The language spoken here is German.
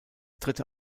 dritte